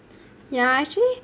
ya actually